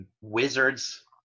Wizards